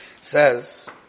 says